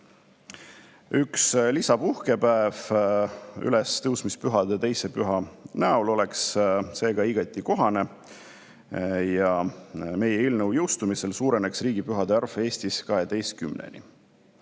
Üks lisapuhkepäev ülestõusmispühade teise püha näol oleks seega igati kohane ja meie eelnõu jõustumisel suureneks riigipühade arv Eestis 12-ni.